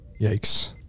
yikes